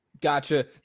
Gotcha